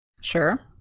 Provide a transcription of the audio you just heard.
Sure